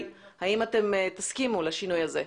האם אתם תסכימו לשינוי הזה?